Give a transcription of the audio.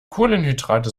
kohlenhydrate